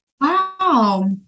Wow